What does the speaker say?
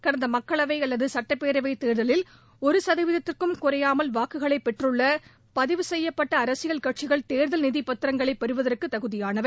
கடந்த மக்களவை அல்லது சட்டப்பேரவை தேர்தலில் ளரு சதவீதத்திற்கு குறையாமல் வாக்குகளைப் பெற்றுறளள பதிவு செய்யப்பட்ட அரசியல் கடசிகள் தேர்தல் நிதி பத்திரங்களைப் பெறுவதற்கு தகுதியானவை